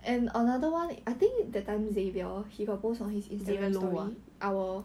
xavier low ah